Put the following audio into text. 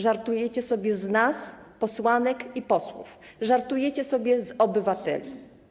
Żartujecie sobie z nas, posłanek i posłów, żartujecie sobie z obywateli.